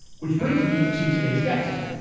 which brings me to today's guest.